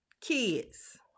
kids